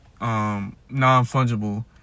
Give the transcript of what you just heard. non-fungible